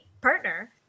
partner